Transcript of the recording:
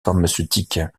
pharmaceutique